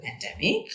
pandemic